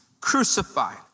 crucified